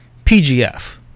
PGF